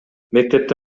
мектепти